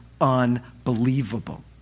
unbelievable